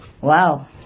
Wow